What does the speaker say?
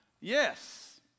Yes